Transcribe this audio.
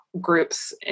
groups